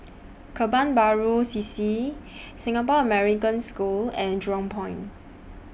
Kebun Baru C C Singapore American School and Jurong Point